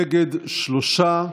נגד, שלושה,